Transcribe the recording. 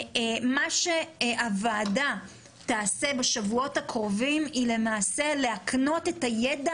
מה שהוועדה תעשה בשבועות הקרובים היא למעשה להקנות את הידע